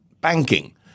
banking